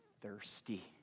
thirsty